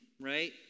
right